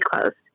closed